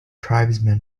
tribesmen